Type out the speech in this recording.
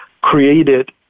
created